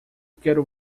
quero